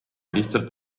lihtsalt